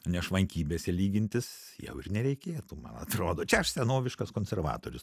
nešvankybėse lygintis jau ir nereikėtų man atrodo čia aš senoviškas konservatorius